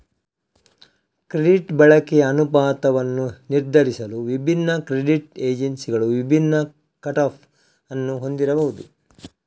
credit ಬಳಕೆಯ ಅನುಪಾತವನ್ನು ನಿರ್ಧರಿಸಲು ವಿಭಿನ್ನ ಕ್ರೆಡಿಟ್ ಏಜೆನ್ಸಿಗಳು ವಿಭಿನ್ನ ಕಟ್ ಆಫ್ ಅನ್ನು ಹೊಂದಿರಬಹುದು